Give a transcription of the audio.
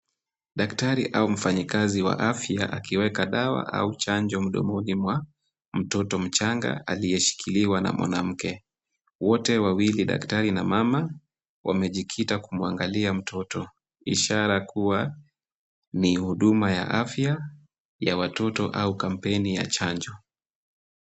Daktari au mfanyikazi wa afya akiweka dawa au chanjo mdomoni mwa mtoto mchanga aliyeshikiliwa na mwanamke. Wote wawili daktari na mama wamejikita kumuangalia mtoto ishara kuwa ni huduma ya afya ya watoto au kampeni ya chanjo.